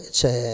c'è